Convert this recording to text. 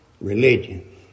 Religion